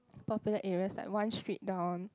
popular areas like one street down